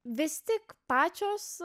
vis tik pačios